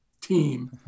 team